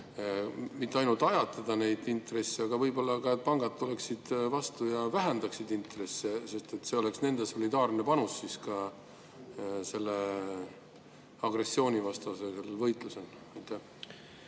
mitte ainult ajatada neid intresse, aga võib olla ka, et pangad tuleksid vastu ja vähendaksid intresse? See oleks nende solidaarne panus agressioonivastasesse võitlusesse.